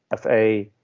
FA